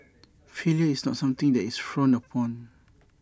failure is not something that is frowned upon